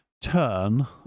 turn